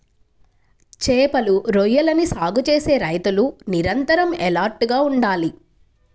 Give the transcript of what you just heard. చేపలు, రొయ్యలని సాగు చేసే రైతులు నిరంతరం ఎలర్ట్ గా ఉండాలి